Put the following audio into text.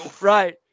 Right